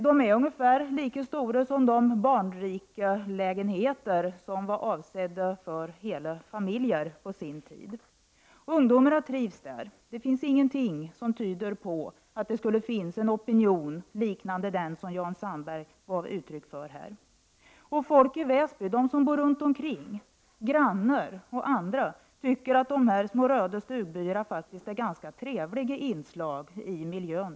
De är ungefär lika stora som de barnrikelägenheter som på sin tid var avsedda för hela familjer. Ungdomarna trivs i dessa lägenheter. Ingenting tyder på att det skulle fin nas en opinion liknande den som Jan Sandberg här gav uttryck för. Folk i Väsby, grannar till dessa ungdomar och andra tycker att dessa små, röda stugbyar faktiskt är ganska trevliga inslag i miljön.